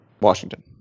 Washington